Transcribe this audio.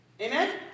Amen